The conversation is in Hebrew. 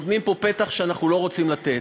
נותנים פה פתח שלא רוצים לתת.